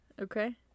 Okay